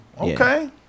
Okay